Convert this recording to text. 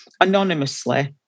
anonymously